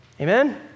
Amen